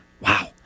Wow